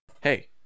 Hey